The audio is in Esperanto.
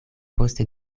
poste